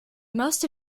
most